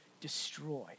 destroy